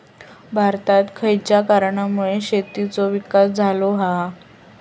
भारतात खयच्या कारणांमुळे शेतीचो विकास झालो हा?